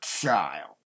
child